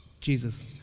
Jesus